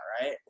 Right